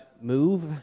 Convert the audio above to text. move